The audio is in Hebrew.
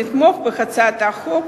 לתמוך בהצעת החוק